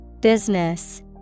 Business